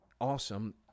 awesome